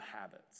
habits